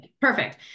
Perfect